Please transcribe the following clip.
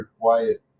quiet